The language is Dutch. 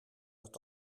het